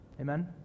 Amen